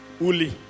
uli